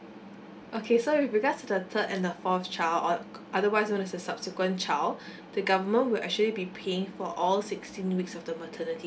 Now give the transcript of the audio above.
okay so with regards to the third and the fourth child or otherwise um even if is the subsequent child the government will actually be paying for all sixteen weeks of the maternity